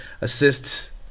Assists